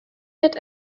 yet